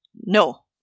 No